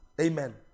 Amen